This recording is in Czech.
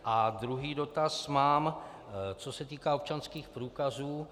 A druhý dotaz mám, co se týká občanských průkazů.